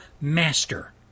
master